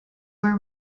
were